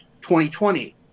2020